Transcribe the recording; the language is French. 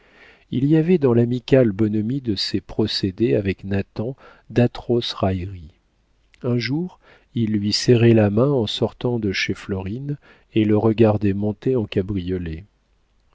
il y avait dans l'amicale bonhomie de ses procédés avec nathan d'atroces railleries un jour il lui serrait la main en sortant de chez florine et le regardait monter en cabriolet